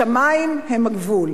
השמים הם הגבול.